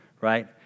right